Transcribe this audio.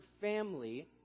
family